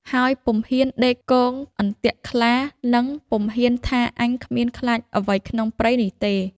ហើយពុំហ៊ានដេកគងអន្ទាក់ក្លា និងពុំហ៊ានថាអញគ្មានខ្លាចអ្វីក្នុងព្រៃនេះទេ។